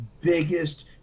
biggest